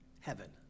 Heaven